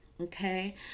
Okay